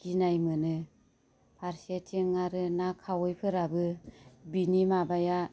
गिनाय मोनो फारसेथिं आरो ना खावैफोराबो बिनि माबाया